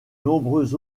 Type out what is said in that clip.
nombreux